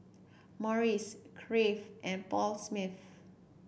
Morries Crave and Paul Smith